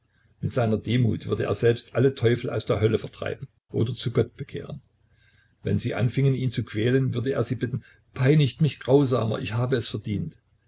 mit seiner demut würde er selbst alle teufel aus der hölle vertreiben oder zu gott bekehren wenn sie anfingen ihn zu quälen würde er sie bitten peinigt mich grausamer ich habe es verdient